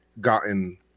gotten